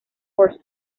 first